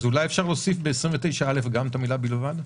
אולי אפשר להוסיף בסעיף 29(א) גם את המילה "בלבד".